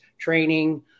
training